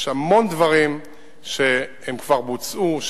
יש המון דברים שכבר בוצעו,